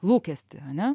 lūkestį ane